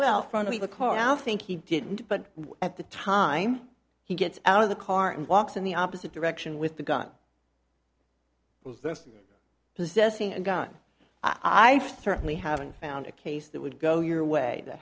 well front of the car now think he didn't but at the time he gets out of the car and walks in the opposite direction with the gun possessing a gun i certainly haven't found a case that would go your way that